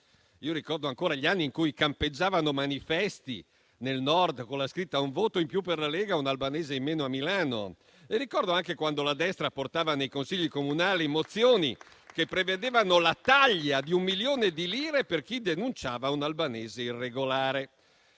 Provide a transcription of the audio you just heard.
Io ricordo ancora gli anni in cui al Nord campeggiavano manifesti con la scritta: un voto in più per la Lega è un albanese in meno a Milano. Ricordo anche quando la destra portava nei consigli comunali mozioni che prevedevano la taglia di un milione di lire per chi denunciava un albanese irregolare.